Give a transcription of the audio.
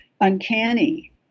uncanny